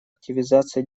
активизация